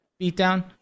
Beatdown